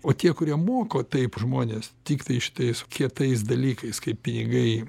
o tie kurie moko taip žmones tiktai šitais kietais dalykais kaip pinigai